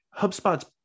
HubSpot's